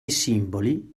simboli